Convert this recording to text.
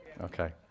Okay